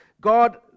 God